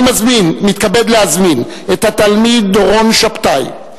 אני מתכבד להזמין את התלמיד דורון שבתאי,